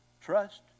trust